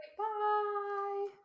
bye